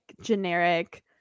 generic